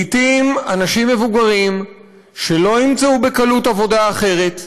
לעתים אנשים מבוגרים שלא ימצאו בקלות עבודה אחרת,